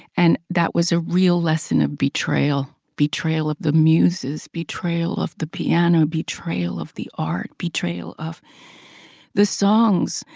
and that was a real lesson of betrayal, betrayal of the muses, betrayal of the piano, betrayal of the art, betrayal of the songs,